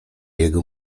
jego